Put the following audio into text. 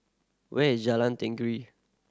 where is Jalan Tenggiri